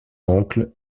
oncle